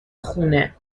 خونه